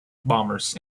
bombers